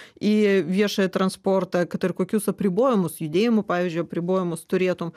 į viešąjį transportą kad ir kokius apribojimus judėjimo pavyzdžiui apribojimus turėtum